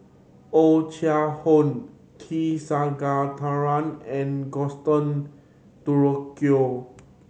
Oh Chai Hoo T Sasitharan and Gaston Dutronquoy